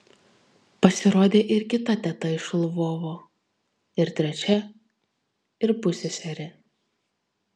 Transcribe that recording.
pasirodė ir kita teta iš lvovo ir trečia ir pusseserė